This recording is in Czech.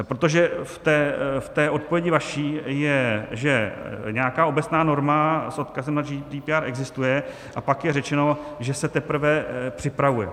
Protože v té odpovědi vaší je, že nějaká obecná norma s odkazem na GDPR existuje, a pak je řečeno, že se teprve připravuje.